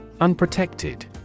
Unprotected